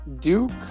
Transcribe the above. Duke